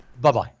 Bye-bye